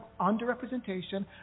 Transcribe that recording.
underrepresentation